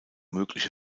mögliche